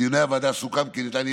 בדיוני הוועדה סוכם כי ניתן יהיה,